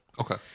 okay